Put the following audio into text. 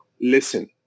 listen